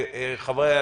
וחבריי,